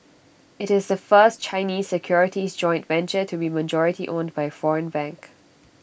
IT is the first Chinese securities joint venture to be majority owned by foreign bank